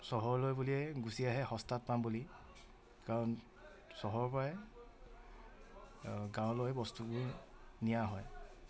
চহৰলৈ বুলিয়েই গুচি আহে সস্তাত পাম বুলি কাৰণ চহৰৰ পৰাই গাঁৱলৈ বস্তুবোৰ নিয়া হয়